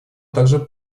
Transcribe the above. также